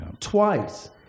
Twice